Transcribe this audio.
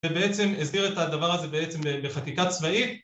ובעצם הסגיר את הדבר הזה בעצם בחקיקה צבאית